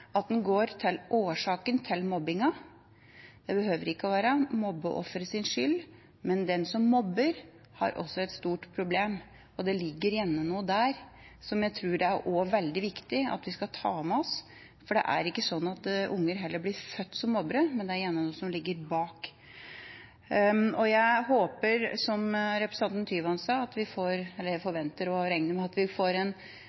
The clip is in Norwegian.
at en går til årsaken til mobbingen. Det behøver ikke være mobbeofferets skyld, men den som mobber, har også et stort problem, og det ligger gjerne noe der, som jeg også tror det er veldig viktig at vi tar med oss. For det er ikke slik at unger blir født som mobbere, men det er gjerne noe som ligger bak. Som representanten sa, håper jeg – og jeg forventer og regner med – at vi får muligheten til å komme tilbake og ha en